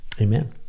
Amen